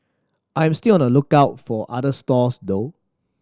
I'm still on the lookout for other stalls though